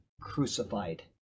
crucified